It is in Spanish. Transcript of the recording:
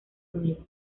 unido